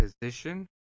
position